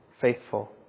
faithful